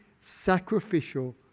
sacrificial